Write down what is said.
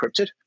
encrypted